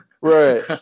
Right